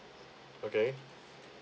okay